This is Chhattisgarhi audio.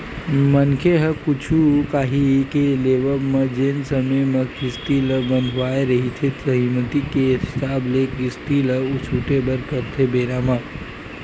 मनखे ह कुछु काही के लेवब म जेन समे म किस्ती ल बंधवाय रहिथे सहमति के हिसाब ले किस्ती ल छूटे बर परथे बेरा म